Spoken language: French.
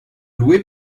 loué